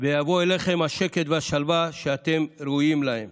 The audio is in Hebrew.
ויבואו אליכם השקט והשלווה שאתם ראויים להם.